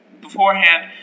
beforehand